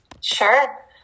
Sure